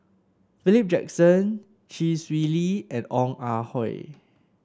Philip Jackson Chee Swee Lee and Ong Ah Hoi